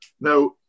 Now